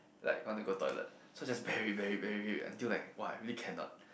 like want to go toilet so just bear it bear it bear it until like !wah! really cannot